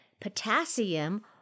potassium